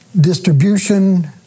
distribution